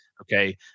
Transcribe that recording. Okay